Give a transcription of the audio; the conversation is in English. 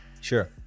Sure